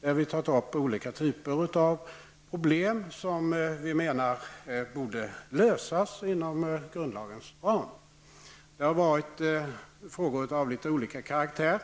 Där har vi tagit upp olika typer av problem som vi menar borde lösas inom grundlagens ram. Det har varit frågor av litet olika karaktär.